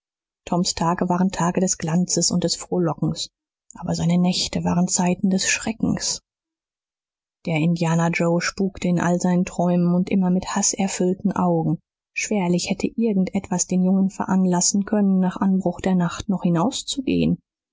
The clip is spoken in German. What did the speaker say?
toms tage waren tage des glanzes und des frohlockens aber seine nächte waren zeiten des schreckens der indianer joe spukte in all seinen träumen und immer mit haßerfüllten augen schwerlich hätte irgend etwas den jungen veranlassen können nach anbruch der nacht noch hinauszugehen